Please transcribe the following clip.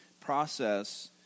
process